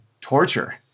torture